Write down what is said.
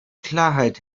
klarheit